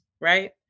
right